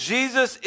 Jesus